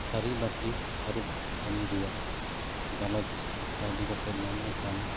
ᱛᱷᱟᱹᱨᱤᱵᱟᱹᱴᱤ ᱟᱹᱨᱩᱵ ᱠᱟᱹᱢᱤ ᱨᱮᱭᱟᱜ ᱜᱟᱞᱚᱪ ᱠᱟᱛᱷᱟ ᱤᱫᱤ ᱠᱟᱛᱮᱫ ᱢᱮᱱ ᱞᱮᱠᱷᱟᱱ